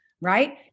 Right